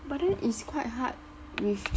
but then it's quite hard with